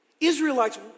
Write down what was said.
Israelites